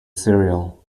cereal